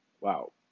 Wow